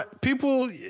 people